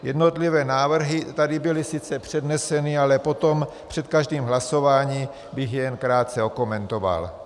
Jednotlivé návrhy tady byly sice předneseny, ale potom před každým hlasováním bych je jen krátce okomentoval.